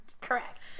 Correct